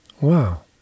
Wow